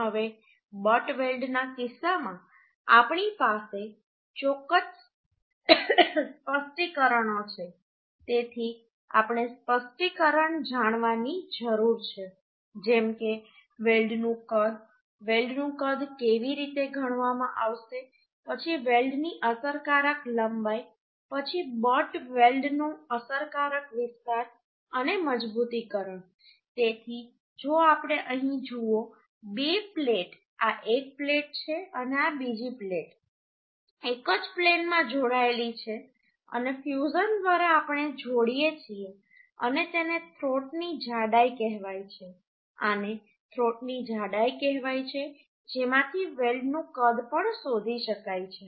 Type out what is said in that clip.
હવે બટ વેલ્ડના કિસ્સામાં આપણી પાસે ચોક્કસ સ્પષ્ટીકરણો છે તેથી આપણે સ્પષ્ટીકરણ જાણવાની જરૂર છે જેમ કે વેલ્ડનું કદ વેલ્ડનું કદ કેવી રીતે ગણવામાં આવશે પછી વેલ્ડની અસરકારક લંબાઈ પછી બટ વેલ્ડનો અસરકારક વિસ્તાર અને મજબૂતીકરણ તેથી જો આપણે અહીં જુઓ બે પ્લેટ આ એક પ્લેટ છે અને આ બીજી પ્લેટ એક જ પ્લેનમાં જોડાયેલી છે અને ફ્યુઝન દ્વારા આપણે જોડીએ છીએ અને તેને થ્રોટની જાડાઈ કહેવાય છે આને થ્રોટની જાડાઈ કહેવાય છે જેમાંથી વેલ્ડનું કદ પણ શોધી શકાય છે